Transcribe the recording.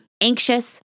anxious